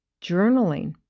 journaling